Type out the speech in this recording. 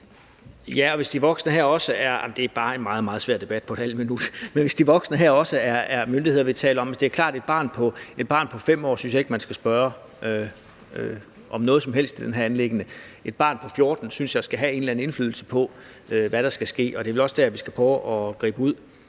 Ja, hvis de voksne, vi taler om her, også er myndigheder. Det er klart, at et barn på 5 år synes jeg ikke man skal spørge om noget som helst i det her anliggende. Et barn på 14 år synes jeg skal have en eller anden indflydelse på, hvad der skal ske, og det er vel også dér, vi skal prøve at række ud